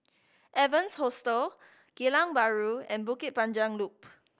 Evans Hostel Geylang Bahru and Bukit Panjang Loop